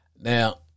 Now